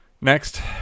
Next